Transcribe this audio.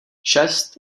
šest